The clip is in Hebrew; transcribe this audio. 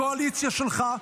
הקואליציה שלך,